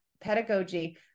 pedagogy